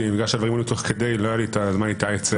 בגלל שהדברים הועלו תוך כדי לא היה לי זמן להתייעץ.